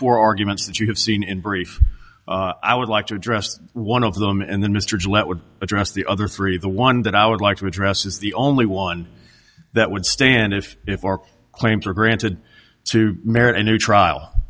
four arguments that you have seen in brief i would like to address one of them and then mr gillette would address the other three the one that i would like to address is the only one that would stand if if our claims are granted to merit